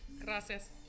Gracias